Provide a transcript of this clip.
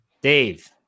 Dave